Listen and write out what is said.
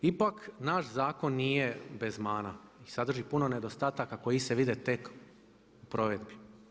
Ipak naš zakon nije bez mana i sadrži puno nedostataka koji se vide tek u provedbi.